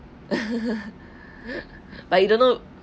but you don't know